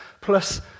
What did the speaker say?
plus